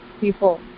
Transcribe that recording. people